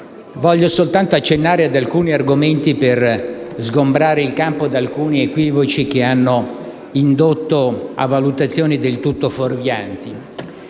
Voglio soltanto accennare ad alcuni argomenti per sgombrare il campo da alcuni equivoci che hanno indotto a valutazioni del tutto fuorvianti.